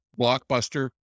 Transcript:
Blockbuster